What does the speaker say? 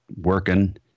working